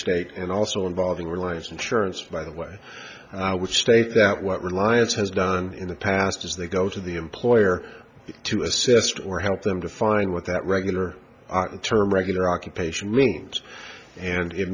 states and also involving realize insurance by the way and i would state that what reliance has done in the past is they go to the employer to assist or help them define what that regular term regular occupation means and it